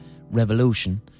revolution